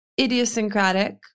idiosyncratic